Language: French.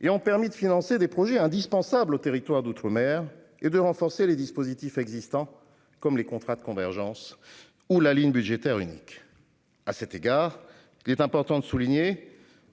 ils ont permis de financer des projets indispensables aux territoires d'outre-mer et de renforcer des dispositifs existants, comme les contrats de convergence ou la ligne budgétaire unique (LBU). À cet égard, il est important de souligner